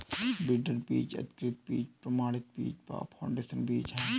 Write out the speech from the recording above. breeder बीज, अधिकृत बीज, प्रमाणित बीज व फाउंडेशन बीज है